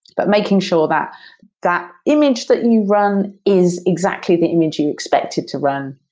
but making sure that that image that you run is exactly the image you expected to run.